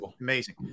amazing